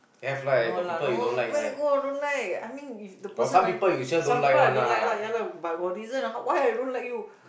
no lah no where got don't like I mean if the person some people I don't like lah ya lah but got reason why I don't like you